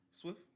Swift